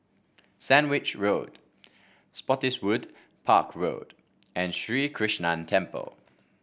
Sandwich Road Spottiswoode Park Road and Sri Krishnan Temple